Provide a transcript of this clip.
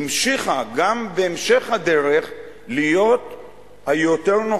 המשיכה גם בהמשך הדרך להיות היותר-נוחה,